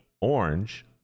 Orange